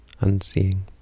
unseeing